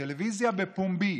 בטלוויזיה בפומבי